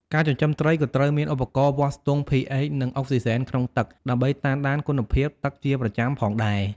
ការចិញ្ចឹមត្រីក៏ត្រូវមានឧបករណ៍វាស់ស្ទង់ pH និងអុកស៊ីសែនក្នុងទឹក ដើម្បីតាមដានគុណភាពទឹកជាប្រចាំផងដែរ។